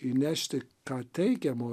įnešti ką teigiamo